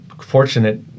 fortunate